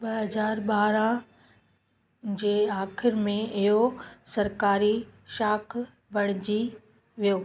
ॿ हज़ार ॿारहं जे आख़िर में इहो सरकारी शाख बणिजी वियो